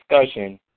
discussion